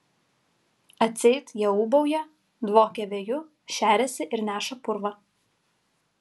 atseit jie ūbauja dvokia vėju šeriasi ir neša purvą